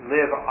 live